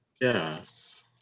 Yes